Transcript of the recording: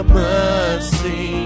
mercy